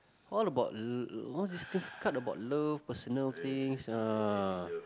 all about l~ what's this card about love personal things ah